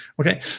Okay